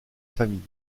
famille